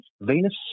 Venus